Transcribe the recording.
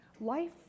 Life